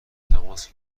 تماس